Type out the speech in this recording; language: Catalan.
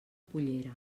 pollera